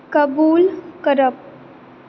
कबूल करप